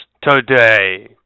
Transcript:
today